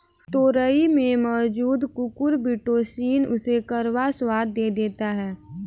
तोरई में मौजूद कुकुरबिटॉसिन उसे कड़वा स्वाद दे देती है